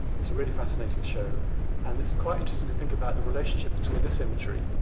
it's a really fascinating show and it's quite interesting to think about the relationship between this imagery.